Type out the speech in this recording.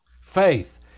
Faith